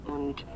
Und